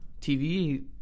TV